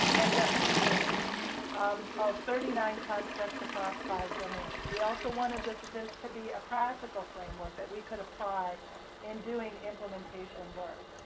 and definitions um of thirty nine constructs across five domains. we also wanted this to this to be a practical framework that we could apply in doing implementation work.